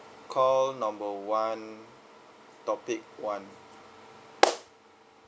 call number one topic one